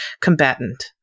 combatant